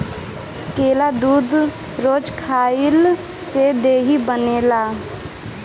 केला दूध रोज खइला से देहि बनेला